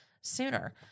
sooner